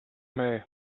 may